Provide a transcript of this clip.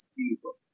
people